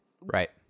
Right